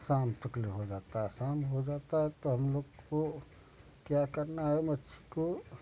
शाम तक हो जाता है शाम हो जाता है तो हम लोग को क्या करना है मछली को